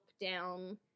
down